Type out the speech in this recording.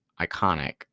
iconic